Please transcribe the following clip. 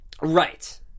Right